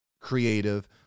creative